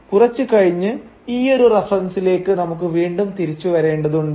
കുറച്ചു കഴിഞ്ഞ് ഈയൊരു റഫറൻസിലേക്ക് നമുക്ക് വീണ്ടും തിരിച്ചു വരേണ്ടതുണ്ട്